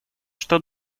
что